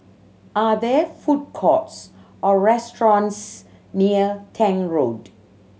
are there food courts or restaurants near Tank Road